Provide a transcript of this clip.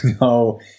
no